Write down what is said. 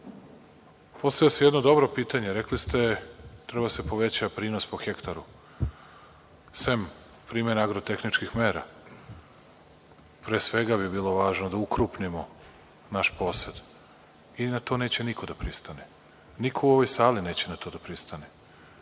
ste jedno dobro pitanje, rekli ste da treba da se poveća prinos po hektaru. Sem primene agrotehničkih mera, pre svega, bilo bi važno da ukrupnimo naš posed i na to neće niko da pristane. Niko u ovoj sali neće na to da pristane.